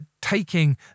taking